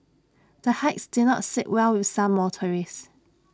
the hikes did not sit well with some motorists